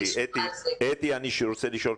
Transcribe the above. ולומר מה היא כוללת.